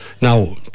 now